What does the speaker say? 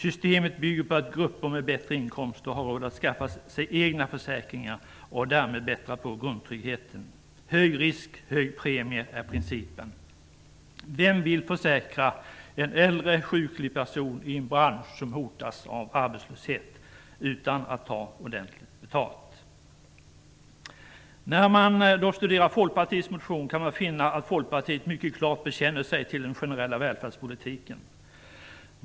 Systemet bygger på att grupper med bättre inkomster har råd att skaffa sig egna försäkringar och därmed kan bättra på grundtryggheten. Hög risk och hög premie är principen. Vem vill försäkra en äldre, sjuklig person i en bransch som hotas av arbetslöshet utan att ta ordentligt betalt? När man studerar Folkpartiets motion kan man finna att Folkpartiet mycket klart bekänner sig till den generella välfärdspolitiken.